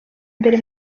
mbere